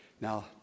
Now